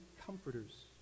comforters